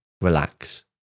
relax